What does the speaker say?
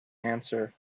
answer